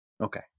Okay